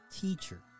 teacher